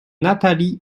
nathalie